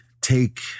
take